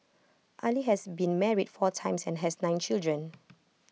Ali has been married four times and has nine children